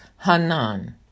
Hanan